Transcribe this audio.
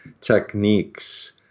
techniques